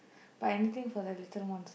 but anything for the little ones